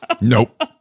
Nope